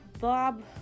Bob